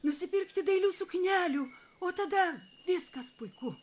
nusipirkti dailių suknelių o tada viskas puiku